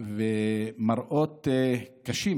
מראות קשים